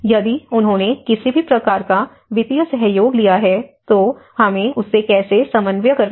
यदि उन्होंने किसी भी प्रकार का वित्तीय सहयोग लिया है तो हमें उससे कैसे समन्वय करना है